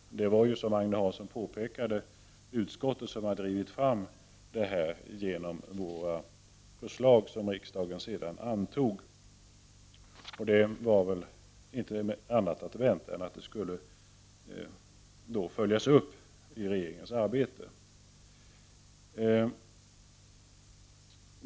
Utskottet har ju, som Agne Hansson påpekade, drivit fram det här genom sina förslag, som riksdagen sedan har antagit. Det var som sagt inte mer än väntat att det skulle följas upp i regeringens arbete.